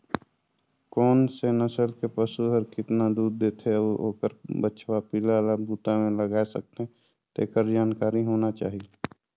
कोन से नसल के पसु हर केतना दूद देथे अउ ओखर बछवा पिला ल बूता में लगाय सकथें, तेखर जानकारी होना चाही